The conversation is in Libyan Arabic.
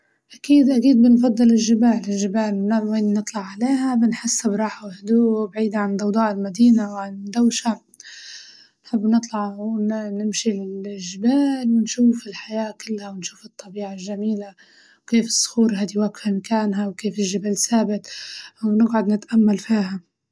أكيد أكيد بنفضل الجبال، الجبال من نطلع عليها بنحس براحة وهدوء بعيد عن ضوضاء المدينة وعن الدوشة، بنحب نطلع نمشي للجبال ونشوف الحياة كلها ونشوف الطبيعة الجميلة وكيف الصخور هادي واقفة مكانها، وكيف الجبال سابت ونقعد نتأمل فيها.